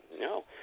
No